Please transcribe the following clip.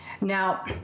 Now